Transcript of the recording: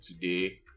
today